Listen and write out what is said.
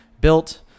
built